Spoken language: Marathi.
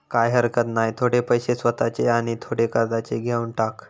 काय हरकत नाय, थोडे पैशे स्वतःचे आणि थोडे कर्जाचे घेवन टाक